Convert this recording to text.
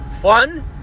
fun